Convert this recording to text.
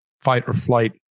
fight-or-flight